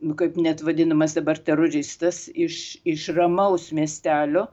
nu kaip net vadinamas dabar teroristas iš iš ramaus miestelio